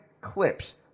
clips